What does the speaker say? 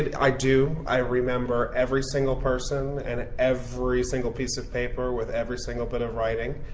i do i remember every single person and ah every single piece of paper with every single bit of writing.